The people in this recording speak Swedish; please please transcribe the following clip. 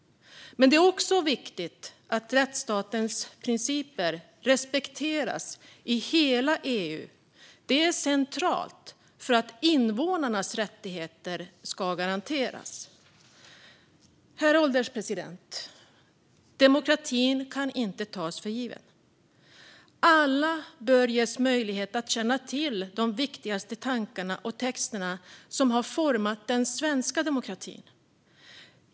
Men det är också viktigt att rättsstatens principer respekteras i hela EU. Det är centralt för att invånarnas rättigheter ska garanteras. Herr ålderspresident! Demokratin kan inte tas för given. Alla bör ges möjlighet att känna till de viktigaste tankarna och texterna som har format den svenska demokratin.